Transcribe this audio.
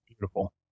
Beautiful